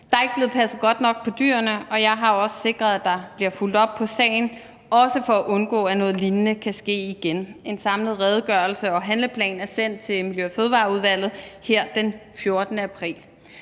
Der er ikke blevet passet godt nok på dyrene, og jeg har også sikret, at der bliver fulgt op på sagen, også for at undgå, at noget lignende kan ske igen. En samlet redegørelse og handleplan er sendt til Miljø- og Fødevareudvalget her den 14. april.